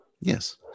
Yes